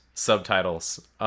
subtitles